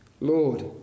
Lord